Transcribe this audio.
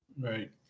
Right